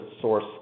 source